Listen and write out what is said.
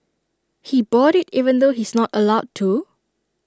he bought IT even though he's not allowed to